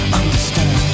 understand